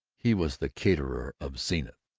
he was the caterer of zenith.